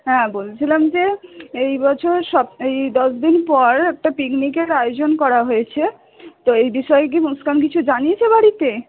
হ্যাঁ বলছিলাম যে এই বছর এই দশ দিন পর একটা পিকনিকের আয়োজন করা হয়েছে তো এই বিষয়ে কি মুসকান কিছু জানিয়েছে বাড়িতে